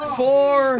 four